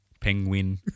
Penguin